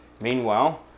Meanwhile